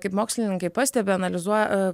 kaip mokslininkai pastebi analizuoja